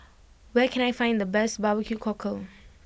where can I find the best Barbecue Cockle